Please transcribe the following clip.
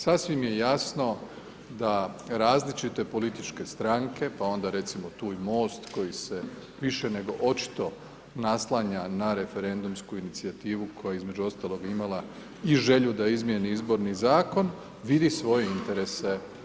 Sasvim je jasno da različite političke stranke, pa onda recimo tu i MOST koji se više nego očito naslanja na referendumsku inicijativu koja između ostalog je imala i želju da izmijeni izborni zakon, vidi svoje interese.